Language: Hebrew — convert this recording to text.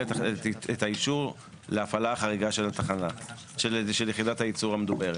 את האישור להפעלה החריגה של יחידת הייצור המדוברת.